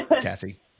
kathy